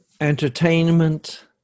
entertainment